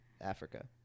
africa